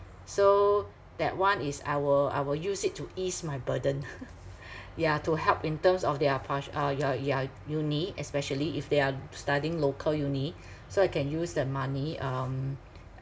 so that one is I will I will use it to ease my burden ya to help in terms of their partial uh their their uni especially if they are studying local uni so I can use the money um